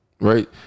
Right